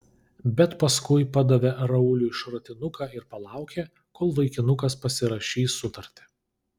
bet paskui padavė rauliui šratinuką ir palaukė kol vaikinukas pasirašys sutartį